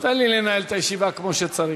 תן לי לנהל את הישיבה כמו שצריך.